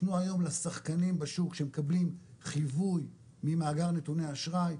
תפנו היום לשחקנים בשוק שמקבלים חיווי ממאגר נתוני אשראי,